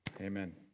Amen